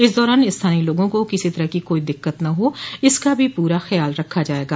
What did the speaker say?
इस दौरान स्थानीय लोगों को किसी तरह को कोई दिक्कत न हो इसका भी पूरा ख्याल रखा जायेगा